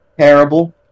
Terrible